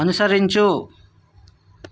అనుసరించు